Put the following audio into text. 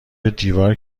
دیوار